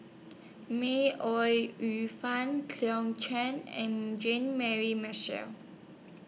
May Ooi Yu Fen Cleo Chang and Jean Mary Marshall